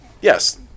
yes